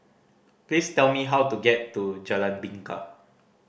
please tell me how to get to Jalan Bingka